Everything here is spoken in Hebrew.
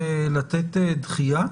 לתת דחייה?